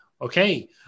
okay